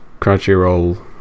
Crunchyroll